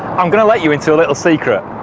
i'm gonna let you into a little secret,